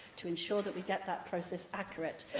to ensure that we get that process accurate.